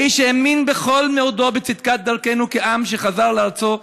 האיש האמין בכל מאודו בצדקת דרכנו כעם שחזר לארצו,